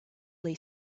lay